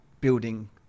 building